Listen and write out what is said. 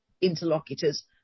interlocutors